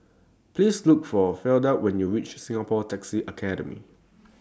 Please Look For Fleda when YOU REACH Singapore Taxi Academy